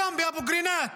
היום באבו קרינאת